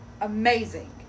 amazing